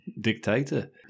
dictator